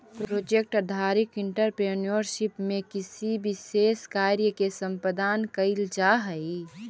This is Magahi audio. प्रोजेक्ट आधारित एंटरप्रेन्योरशिप में किसी विशेष कार्य के संपादन कईल जाऽ हई